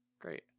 great